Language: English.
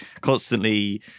constantly